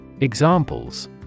Examples